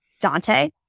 Dante